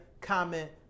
comment